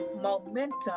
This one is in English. momentum